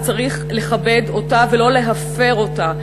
וצריך לכבד אותה ולא להפר אותה.